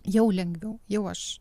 jau lengviau jau aš